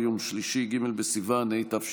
נגיף הקורונה החדש)